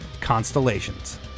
Constellations